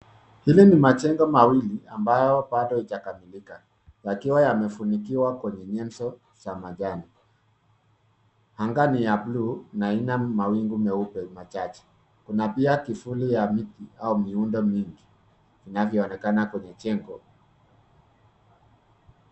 Hili ni majengo mawili ambayo bado hijakamilika. Yakiwa yamefunikiwa kwenye nyenzo za manjano. Anga ni ya bluu na ina mawingu meupe machache. Kuna pia kivuli ya mti, au miundo mingi inavyoonekana kwenye jengo.